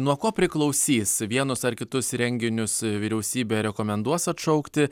nuo ko priklausys vienus ar kitus įrenginius vyriausybė rekomenduos atšaukti